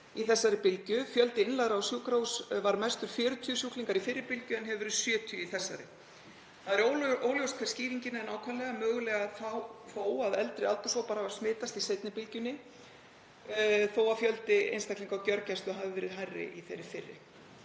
í þessari bylgju. Fjöldi innlagðra á sjúkrahús var mestur 40 sjúklingar í fyrri bylgju en hefur verið 70 í þessari. Það er óljóst hver skýringin er nákvæmlega, mögulega sú að eldri aldurshópar hafa smitast í seinni bylgjunni þó að fjöldi einstaklinga á gjörgæslu hafi verið hærri í þeirri fyrri.